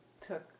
took